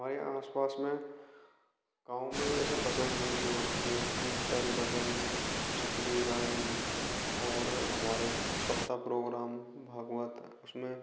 हमारे आस पास में गाँव में जैसे भजन मंडली होती हैं कीर्तन भजन जिक्री गायन और हमारे सप्ताह प्रोग्राम भागवत उसमें